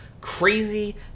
crazy